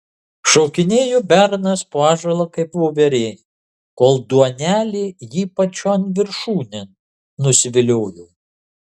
šokinėjo bernas po ąžuolą kaip voverė kol duonelė jį pačion viršūnėn nusiviliojo